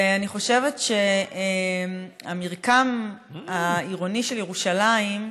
ואני חושבת שהמרקם העירוני של ירושלים,